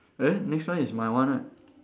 eh next one is my one right